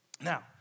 Now